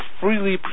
freely